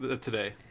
today